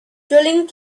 dwelling